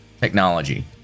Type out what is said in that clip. technology